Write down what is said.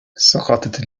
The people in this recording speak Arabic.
سقطت